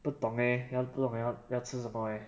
不懂 eh 要 b~ 不懂要吃什么 leh